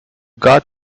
got